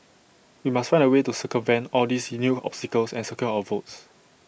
we must find A way to circumvent all these new obstacles and secure our votes